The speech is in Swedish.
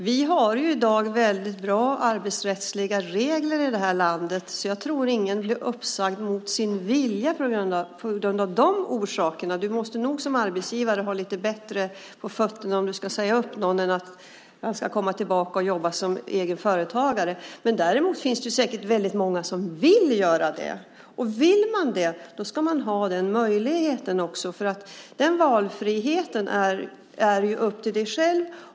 Fru talman! Vi har i dag väldigt bra arbetsrättsliga regler i det här landet. Jag tror inte att någon blir uppsagd mot sin vilja av de orsakerna. Du måste nog som arbetsgivare ha lite bättre på fötterna om du ska säga upp någon som sedan ska komma tillbaka och jobba som egenföretagare. Däremot finns det säkert väldigt många som vill göra det. Vill man göra det ska man ha den möjligheten. Den valfriheten är upp till dig själv.